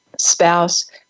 spouse